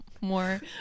more